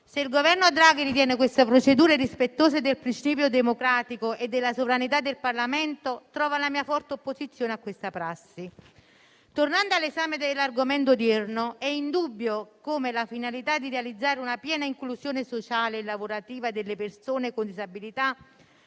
Se il Governo Draghi ritiene che queste procedure siano rispettose del principio democratico e della sovranità del Parlamento, trova la mia forte opposizione. Tornando al provvedimento in esame, è indubbio che la finalità di realizzare una piena inclusione sociale e lavorativa delle persone con disabilità